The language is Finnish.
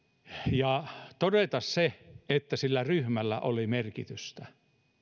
ja todeta että sillä ryhmällä oli merkitystä